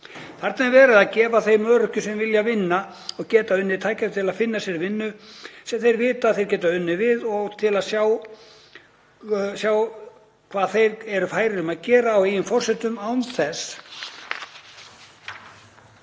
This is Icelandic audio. Þarna er verið að gefa þeim öryrkjum sem vilja vinna og geta unnið tækifæri til að finna sér vinnu sem þeir vita að þeir geta unnið og til að sjá hvað þeir eru færir um að gera á eigin forsendum án þess